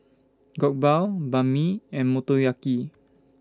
Jokbal Banh MI and Motoyaki